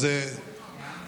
אני מניח ששמעת עליהם.